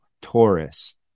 Taurus